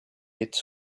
its